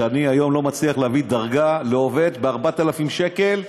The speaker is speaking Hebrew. ואני היום לא מצליח להביא דרגה לעובד שמקבל 4,000 שקל,